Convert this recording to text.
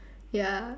ya